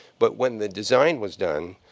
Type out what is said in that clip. but when the design was done,